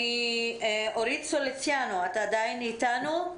אורית סוליציאנו, את עדיין אתנו?